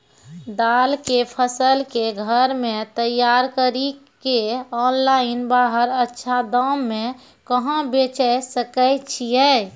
दाल के फसल के घर मे तैयार कड़ी के ऑनलाइन बाहर अच्छा दाम मे कहाँ बेचे सकय छियै?